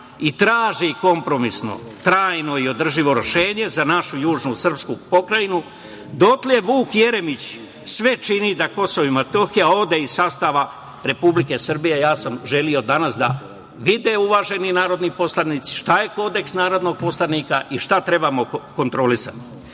i traži kompromisno, trajno i održivo rešenje za našu južnu srpsku pokrajinu, dotle Vuk Jeremić sve čini da Kosovo i Metohija ode iz sastava Republike Srbije. Ja sam želeo danas da vide uvaženi narodni poslanici šta je kodeks narodnog poslanika i šta trebamo kontrolisati.